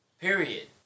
Period